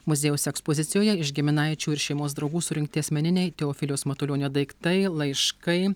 muziejaus ekspozicijoje iš giminaičių ir šeimos draugų surinkti asmeniniai teofiliaus matulionio daiktai laiškai